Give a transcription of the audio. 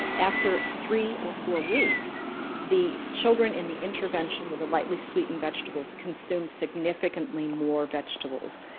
after three or four weeks the children in the intervention with the lightly sweetened vegetables consumed significantly more vegetables.